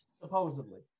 Supposedly